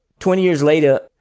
twenty years later,